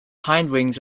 hindwings